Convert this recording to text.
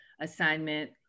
assignment